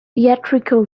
theatrical